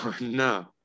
no